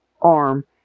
arm